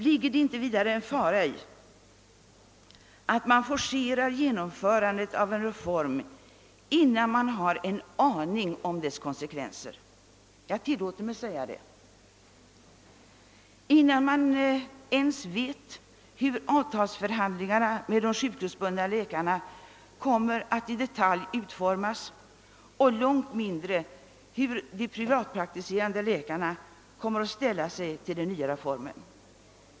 Ligger det inte vidare en fara i att forcera genomförandet av en reform innan man har en aning om dess konsekvenser? Vi vet inte ens hur avtalsför handlingarna med de sjukhusbundna läkarna kommer att utformas i detalj och långt mindre hur de privatpraktiserande läkarna kommer att ställa sig till reformen.